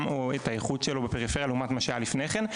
או את האיכות שלו בפריפריה לעומת מה שהיה לפני כן.